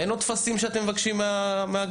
אין עוד טפסים שאתם מבקשים מהגנים?